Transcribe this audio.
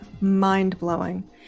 mind-blowing